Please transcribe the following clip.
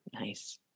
Nice